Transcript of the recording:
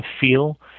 feel